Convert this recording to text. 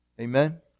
Amen